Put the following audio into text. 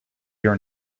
your